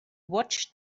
watch